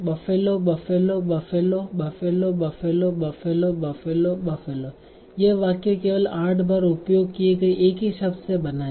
Buffalo buffalo Buffalo buffalo buffalo buffalo Buffalo buffalo यह वाक्य केवल 8 बार उपयोग किए गए एक ही शब्द से बना है